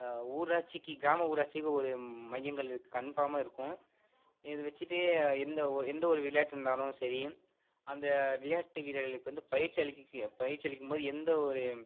ஊராட்சிக்கு கிராம ஊராட்சிக்கு ஒரு மையங்கள் இருக்கு கன்ஃபார்மாக இருக்கும் இது வச்சுகிட்டு எந்த ஒரு எந்த ஒரு விளையாட்டு இருந்தாலும் சரி அந்த விளையாட்டு வீரர்களுக்கு வந்து பயிற்சி அளிக்க பயிற்சி அளிக்கும்போது எந்த ஒரு